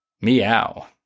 Meow